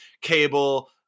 Cable –